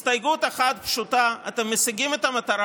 הסתייגות אחת פשוטה, ואתם משיגים את המטרה.